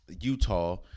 Utah